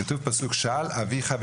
כתוב בפסוק: "שְׁאַ֤ל אָבִ֙יךָ֙